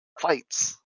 fights